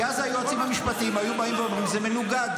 כי אז היועצים המשפטיים היו באים ואומרים שזה מנוגד.